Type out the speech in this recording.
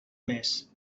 més